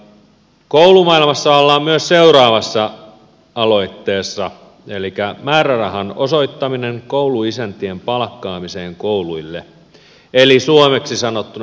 koulumaailmassa ollaan myös seuraavassa aloitteessa määrärahan osoittaminen kouluisäntien palkkaamiseen kouluille eli suomeksi sanottuna